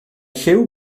lliw